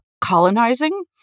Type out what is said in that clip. colonizing